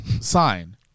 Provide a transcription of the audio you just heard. sign